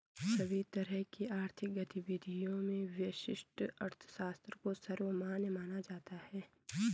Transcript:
सभी तरह की आर्थिक गतिविधियों में व्यष्टि अर्थशास्त्र को सर्वमान्य माना जाता है